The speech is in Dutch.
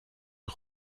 een